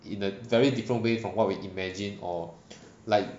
in a very different way from what we imagine or like